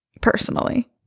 personally